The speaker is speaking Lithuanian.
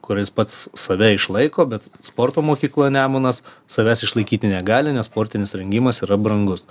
kuris pats save išlaiko bet sporto mokykla nemunas savęs išlaikyti negali nes sportinis rengimas yra brangus